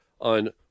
on